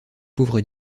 pauvre